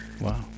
Wow